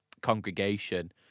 Congregation